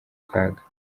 kaga